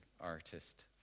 artist